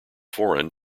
foreign